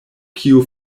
kiu